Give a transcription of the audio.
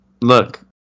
look